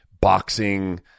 boxing